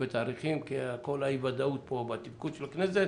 בתאריכים בגלל כל האי ודאות פה בתפקוד של הכנסת